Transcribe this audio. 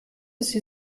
sie